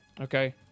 Okay